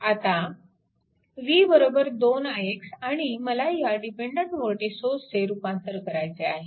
आता v 2 ix आणि मला ह्या डिपेन्डन्ट वोल्टेज सोर्सचे रूपांतर करायचे आहे